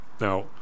Now